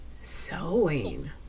sewing